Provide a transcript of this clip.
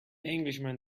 englishman